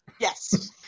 Yes